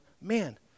man